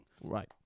Right